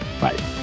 Bye